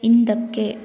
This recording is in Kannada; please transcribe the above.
ಹಿಂದಕ್ಕೆ